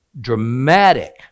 dramatic